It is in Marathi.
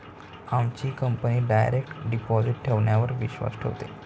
आमची कंपनी डायरेक्ट डिपॉजिट ठेवण्यावर विश्वास ठेवते